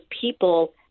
people